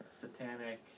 satanic